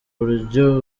buryo